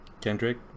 Kendrick